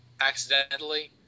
accidentally